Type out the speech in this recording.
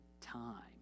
time